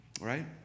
Right